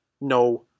no